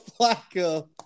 Flacco